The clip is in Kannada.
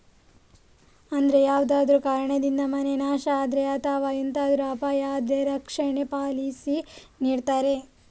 ಅಂದ್ರೆ ಯಾವ್ದಾದ್ರೂ ಕಾರಣದಿಂದ ಮನೆ ನಾಶ ಆದ್ರೆ ಅಥವಾ ಎಂತಾದ್ರೂ ಅಪಾಯ ಆದ್ರೆ ರಕ್ಷಣೆ ಪಾಲಿಸಿ ನೀಡ್ತದೆ